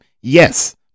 Yes